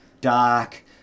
dark